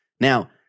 Now